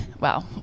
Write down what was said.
wow